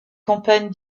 campagne